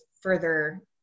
further